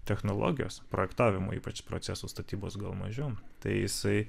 technologijos projektavimo ypač procesų statybos gal mažiau tai jisai